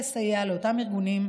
לסייע לאותם ארגונים,